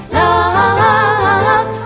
love